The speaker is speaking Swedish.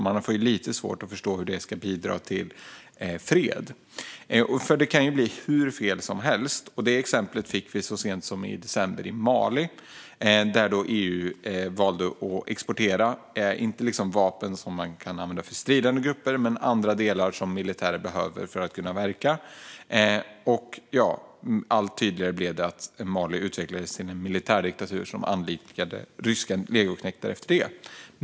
Man får lite svårt att förstå hur det ska bidra till fred. Det kan ju bli hur fel som helst. Ett exempel fick vi så sent som i december i Mali när EU valde att bedriva export. Det var inte vapen som stridande grupper kan använda, men andra delar som militärer behöver för att kunna verka. Det blev allt tydligare att Mali utvecklades till en militärdiktatur som anlitade ryska legoknektar efter det.